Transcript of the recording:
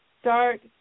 start